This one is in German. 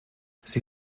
sie